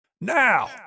Now